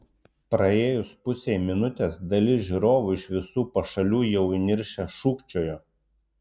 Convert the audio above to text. praėjus pusei minutės dalis žiūrovų iš visų pašalių jau įniršę šūkčiojo